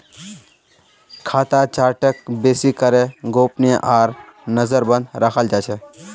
खाता चार्टक बेसि करे गोपनीय आर नजरबन्द रखाल जा छे